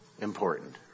important